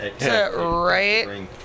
Right